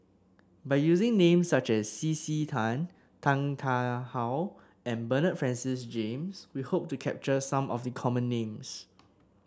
by using names such as C C Tan Tan Tarn How and Bernard Francis James we hope to capture some of the common names